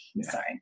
sorry